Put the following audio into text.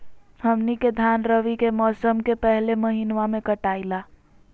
हमनी के धान रवि के मौसम के पहले महिनवा में कटाई ला